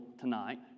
tonight